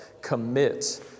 Commit